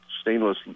Stainless